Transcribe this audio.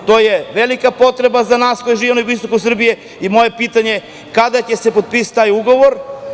To je velika potreba za nas koji živimo na jugoistoku Srbije i moje pitanje je kada će se potpisati taj ugovor?